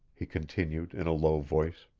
he continued in a low voice.